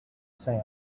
sand